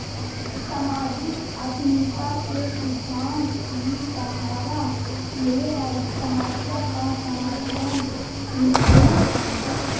सामाजिक उद्यमिता के सिद्धान्त इ सहारा ले हइ समस्या का समाधान निकलैय हइ